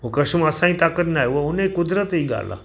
हुओ करिशमो असांजी ताक़त नाहे उहा हुनजी क़ुदिरती ॻाल्हि आहे